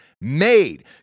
made